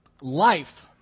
Life